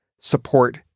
support